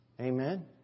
Amen